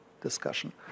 discussion